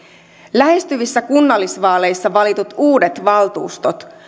lähestyvissä kunnallisvaaleissa valitut uudet valtuustot